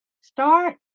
Start